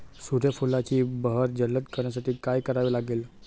सूर्यफुलाची बहर जलद करण्यासाठी काय करावे लागेल?